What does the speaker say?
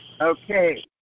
Okay